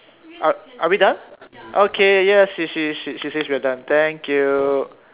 are are we done okay yes she she says we are done thank you